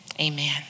Amen